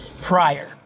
prior